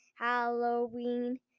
Halloween